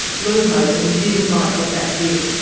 lu hogan didn't like what that did.